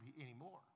anymore